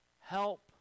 help